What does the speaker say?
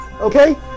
Okay